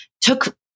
took